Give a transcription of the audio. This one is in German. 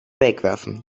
wegwerfen